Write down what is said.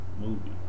movie